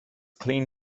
clean